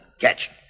Catch